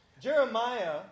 Jeremiah